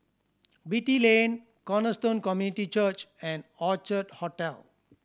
Beatty Lane Cornerstone Community Church and Orchard Hotel